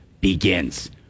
begins